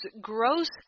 gross